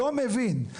לא מבין.